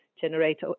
generate